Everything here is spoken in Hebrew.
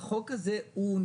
החוק הוא אוניברסלי,